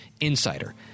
insider